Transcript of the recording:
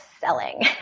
selling